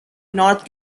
north